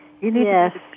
Yes